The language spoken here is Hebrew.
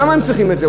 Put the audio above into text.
למה הם צריכים את זה?